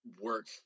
work